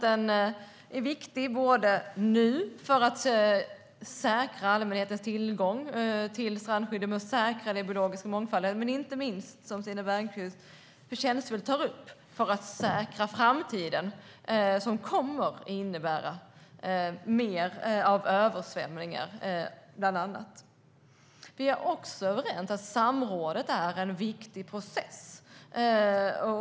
Det är viktigt för att säkra allmänhetens tillgång till stränderna och för att säkra den biologiska mångfalden men inte minst, som Stina Bergström tar upp, för att säkra framtiden som bland annat kommer att innebära mer översvämningar. Vi är också överens om att samrådet är en viktig process.